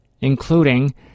including